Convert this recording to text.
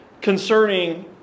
concerning